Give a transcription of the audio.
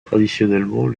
traditionnellement